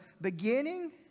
beginning